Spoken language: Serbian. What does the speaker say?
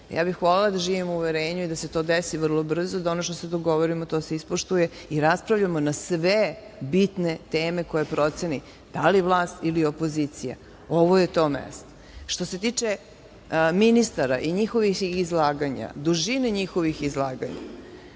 bih da živimo u uverenju, i da se to desi vrlo brzo, da ono što se dogovorimo to se ispoštuje i raspravljamo na sve bitne teme koje proceni, da li vlast ili opozicija, ovo je to mesto. Što se tiče ministara i njihovih izlaganja, dužine njihovih izlaganja,